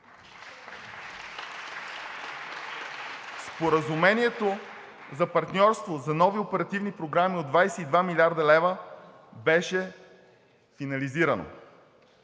Споразумението за партньорство за нови оперативни програми от 22 млрд. лв. беше финализирано.